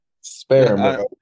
Spare